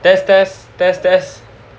test test test test